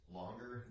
longer